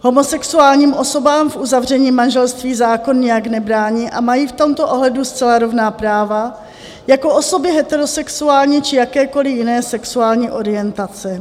Homosexuálním osobám v uzavření manželství zákon nijak nebrání a mají v tomto ohledu zcela rovná práva jako osoby heterosexuální či jakékoliv jiné sexuální orientace.